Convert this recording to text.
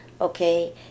Okay